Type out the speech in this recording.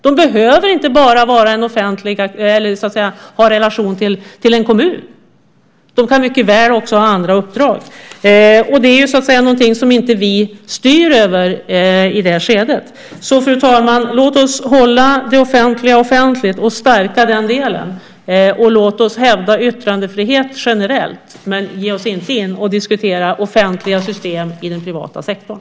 De behöver inte bara ha relation till en kommun. De kan också mycket väl också ha andra uppdrag. Det är någonting som vi inte styr över i det skedet. Så fru talman, låt oss hålla det offentliga offentligt och stärka den delen, och låt oss hävda yttrandefrihet generellt. Men vi ska inte ge oss in och diskutera offentliga system i den privata sektorn.